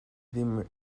ddim